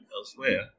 elsewhere